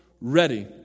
ready